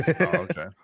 Okay